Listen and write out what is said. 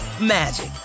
magic